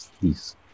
please